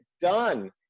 done